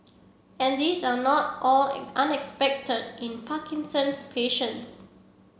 and these are not all unexpected in Parkinson's patients